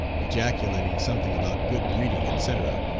ejaculating something about good-breeding, etc,